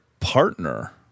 partner